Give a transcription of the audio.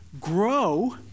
grow